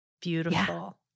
Beautiful